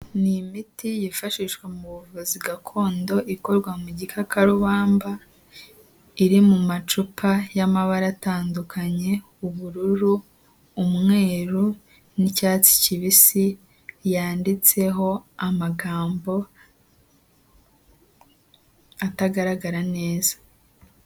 Ni imiti yifashishwa mu buvuzi gakondo ikorwa mu gikakarubamba iri mu macupa y'amabara atandukanye ubururu, umweru n'icyatsi kibisi yanditseho amagambo atagaragara neza.